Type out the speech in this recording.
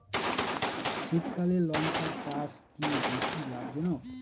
শীতকালে লঙ্কা চাষ কি বেশী লাভজনক?